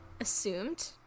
assumed